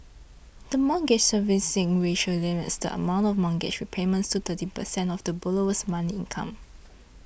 the Mortgage Servicing Ratio limits the amount for mortgage repayments to thirty percent of the borrower's monthly income